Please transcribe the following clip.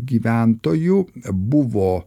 gyventojų buvo